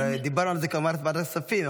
דיברנו על זה בוועדת הכספים,